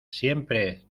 siempre